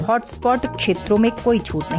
hotspot क्षेत्रों में कोई छूट नहीं